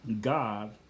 God